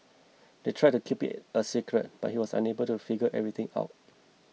they tried to keep it a secret but he was able to figure everything out